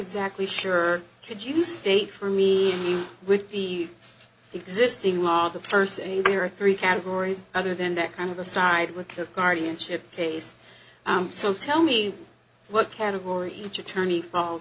exactly sure could you state for me with the existing law the first and there are three categories other than that kind of a side with the guardianship case so tell me what category each attorney fall